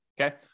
okay